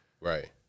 Right